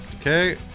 okay